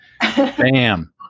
bam